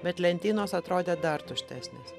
bet lentynos atrodė dar tuštesnės